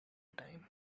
time